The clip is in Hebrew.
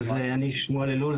אז אני שמואל אלול,